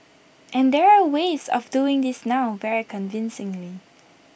and there are ways of doing this now very convincingly